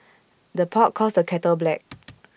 the pot calls the kettle black